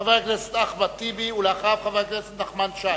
חבר הכנסת אחמד טיבי, ואחריו, חבר הכנסת נחמן שי.